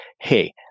Hey